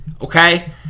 okay